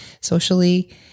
socially